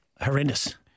horrendous